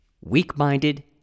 Weak-minded